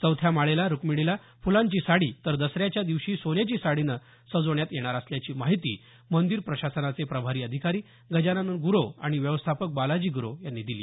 चौथ्या माळेला रुक्मिणीला फुलांची साडी तर दसऱ्याच्या दिवशी सोन्याची साडीने सजवण्यात येणार असल्याची माहिती मंदिर प्रशासनाचे प्रभारी अधिकारी गजानन गुरव आणि व्यवस्थापक बालाजी गुरव यांनी दिली